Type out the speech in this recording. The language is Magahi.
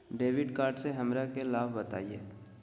डेबिट कार्ड से हमरा के लाभ बताइए?